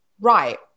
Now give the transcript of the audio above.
right